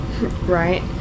Right